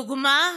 לדוגמה,